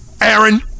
Aaron